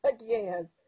again